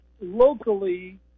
locally